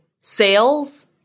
sales